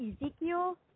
Ezekiel